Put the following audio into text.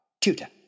Tutor